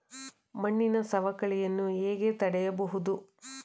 ಮಣ್ಣಿನ ಸವಕಳಿಯನ್ನು ಹೇಗೆ ತಡೆಯಬಹುದು?